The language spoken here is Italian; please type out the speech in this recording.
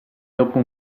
dopo